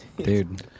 Dude